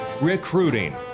recruiting